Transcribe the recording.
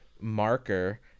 marker